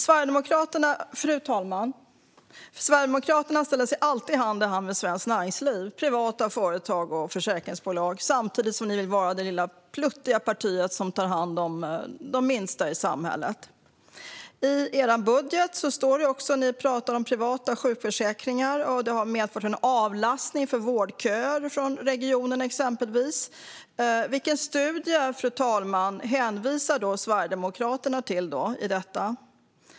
Sverigedemokraterna ställer sig alltid hand i hand med svenskt näringsliv, privata företag och försäkringsbolag. Samtidigt vill man vara det lilla, pluttiga partiet som tar hand om de minsta i samhället. I Sverigedemokraternas budget står det att privata sjukförsäkringar har medfört en avlastning för vårdköerna i exempelvis den här regionen. Vilken studie hänvisar Sverigedemokraterna till när det gäller det, fru talman?